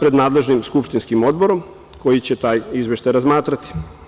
pred nadležnim skupštinskim odborom koji će taj izveštaj razmatrati.